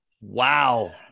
Wow